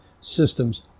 systems